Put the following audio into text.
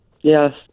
Yes